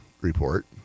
report